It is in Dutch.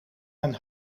een